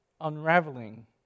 unraveling